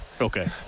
Okay